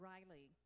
Riley